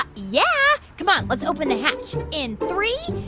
yeah. come on. let's open the hatch in three,